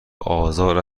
آزار